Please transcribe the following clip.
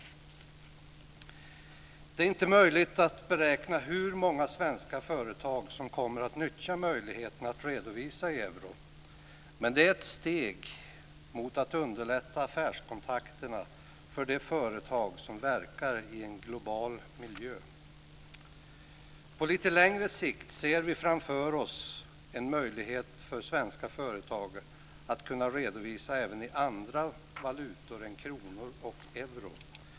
Det är inte möjligt att beräkna hur många svenska företag som kommer att nyttja möjligheten att redovisa i euro, men det är ett steg mot att underlätta affärskontakterna för de företag som verkar i en global miljö. På lite längre sikt ser vi framför oss en möjlighet för svenska företag att redovisa även i andra valutor än kronor och euro.